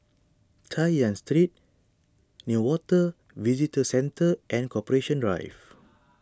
Chay Yan Street Newater Visitor Centre and Corporation Drive